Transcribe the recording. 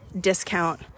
discount